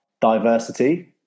diversity